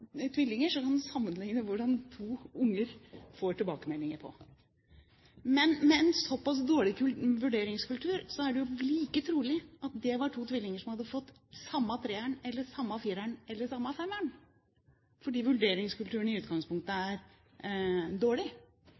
tvillinger, kan han sammenligne hvordan to unger får tilbakemeldinger. Men med en såpass dårlig vurderingskultur er det jo like trolig at tvillingene hadde fått samme treeren eller samme fireren eller samme femmeren, fordi vurderingskulturen i utgangspunktet er dårlig,